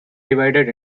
divided